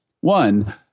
One